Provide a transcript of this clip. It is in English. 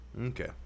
Okay